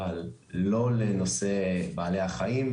אבל לא לנושא בעלי החיים,